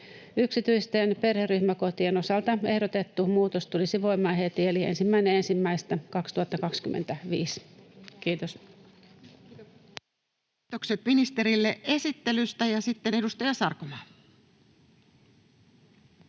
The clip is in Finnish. Yksityisten perheryhmäkotien osalta ehdotettu muutos tulisi voimaan heti eli 1.1.2025. — Kiitos. Kiitokset ministerille esittelystä. — Sitten edustaja Sarkomaa.